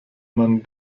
man